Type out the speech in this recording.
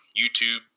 YouTube